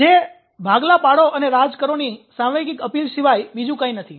જે 'ભાગલા પાડો અને રાજ કરો' ની સાંવેગિક અપીલ સિવાય બીજું કંઈ નથી